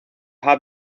hub